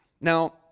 Now